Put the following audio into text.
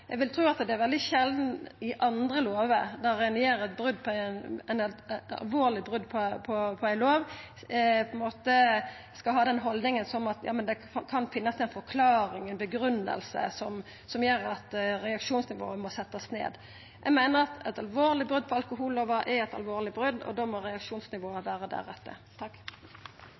Eg vil tru at det er veldig sjeldan dersom ein gjer eit alvorleg brot på andre lover, at ein på ein måte skal ha den haldninga at ja, det kan finnast ei forklaring, ei grunngiving, som gjer at reaksjonsnivået må setjast ned. Eg meiner at eit alvorleg brot på alkohollova er eit alvorleg brot. Da må reaksjonsnivået vera deretter.